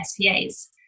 SPAs